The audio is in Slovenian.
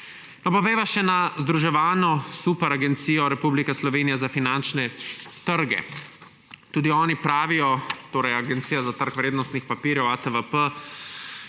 pojdiva še na združevano superagencijo Republike Slovenije za finančne trge, tudi oni pravijo, torej Agencija za trg vrednostnih papirjev, ATVP: